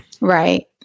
Right